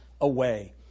away